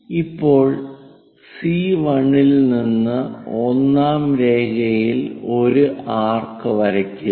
ഇപ്പോൾ സി 1 ൽ നിന്ന് ഒന്നാം രേഖയിൽ ഒരു ആർക്ക് വരയ്ക്കുക